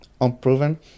unproven